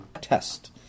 test